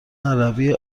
عربی